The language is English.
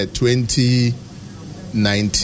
2019